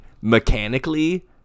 mechanically